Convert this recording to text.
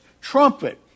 trumpet